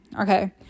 okay